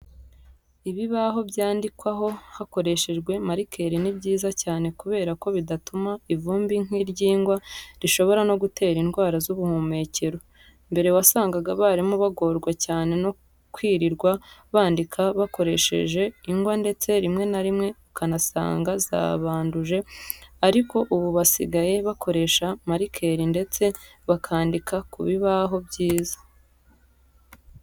Ibibaho byandikwaho hakoreshejwe marikeri ni byiza cyane kubera ko bidatumura ivumbi nk'iry'ingwa rishobora no gutera indwara z'ubuhumekero. Mbere wasangaga abarimu bagorwa cyane no kwirirwa bandika bakoresheje ingwa ndetse rimwe na rimwe ukanasanga zabanduje ariko ubu basigaye bakoresha marikeri ndetse bakandika ku bibaho byiza.